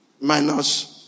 Minus